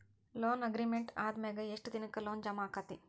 Loan agreement ಆದಮ್ಯಾಗ ಯೆಷ್ಟ್ ದಿನಕ್ಕ ಲೊನ್ ಜಮಾ ಆಕ್ಕೇತಿ?